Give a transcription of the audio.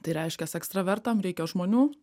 tai reiškias ekstravertam reikia žmonių